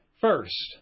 first